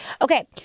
Okay